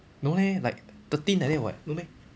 no leh like thirteen like that [what] no meh